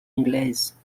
anglaise